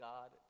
God